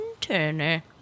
turner